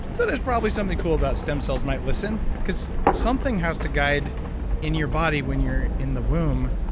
so there's probably something cool about stem cells might listen because something has to guide in your body when you're in the womb.